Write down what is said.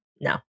No